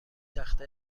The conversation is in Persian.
تخت